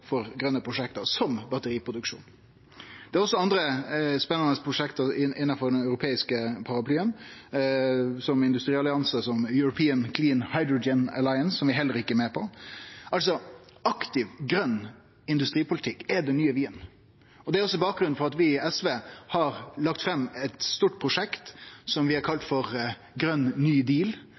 for grøne prosjekt, som batteriproduksjon. Det er også andre spanande prosjekt innanfor den europeiske paraplyen som vi heller ikkje er med i, som industrialliansen European Clean Hydrogen Alliance. Aktiv, grøn industripolitikk er den nye vinen. Det er også bakgrunnen for at vi i SV har lagt fram eit stort prosjekt som vi har kalla Grønn ny